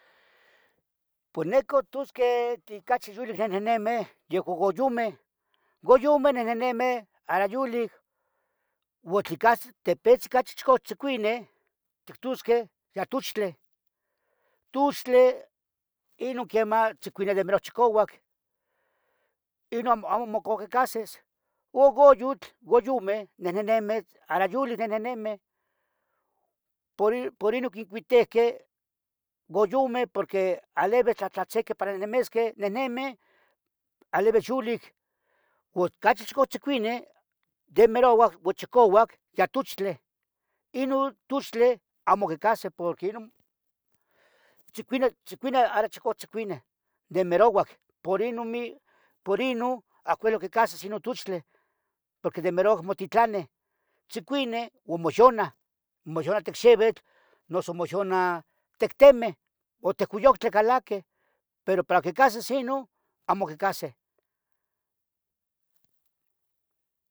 Pos necu tusqueh tlin cachi yulic nenehneme, yehoua goyumeh, goyumeh nehnenemeh ara yulic uon tli cahsi tepitzen ocachi. chicouac tzicuini tictusqueh ya tuchtleh Tuchtle inun quiemah tzicuini de merouac chicauac, inun amo, amo moco quicahsis u goyutl, goyumeh nehnenemeh, ara yulic. nehnemeh, por i, por inun quincuitihqueh goyumen porque. alivis tlahtlatzinqueh para nehnemesqueh, nehnemeh alivis. yulic Ucachi chicouc tzicuine de merouac mochicouac ya. tuchtle, inun tuchtle amo quicahsi porque inun, tzicuine,. tzicuine ara chicuoc tzicuine demerouac, por inun mi, por. inun ahco uile oquicahsis inun tuchtle porque de merouac. motitlaneh, tzicuine o mohyona mohyona tic xivitl, noso. mohyona tec temeh o te goyutli calaque, pero para que. cahses inun, amo quecahseh